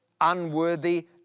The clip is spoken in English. unworthy